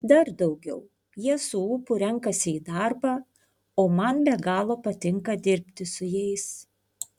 dar daugiau jie su ūpu renkasi į darbą o man be galo patinka dirbti su jais